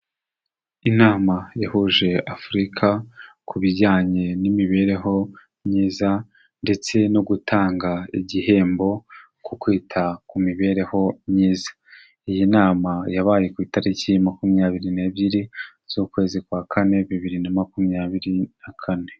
Inama yahuje Afurika ku bijyanye n'imibereho myiza ndetse no gutanga igihembo ku kwita ku mibereho myiza, iyi nama yabaye ku itariki makumyabiri n'ebyiri z'ukwezi kwa kane bibiri na makumyabiri na kane.